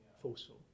forceful